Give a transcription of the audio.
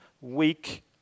weak